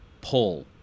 pull